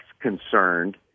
concerned